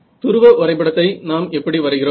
துருவ வரைபடத்தை நாம் எப்படி வரைகிறோம்